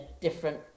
different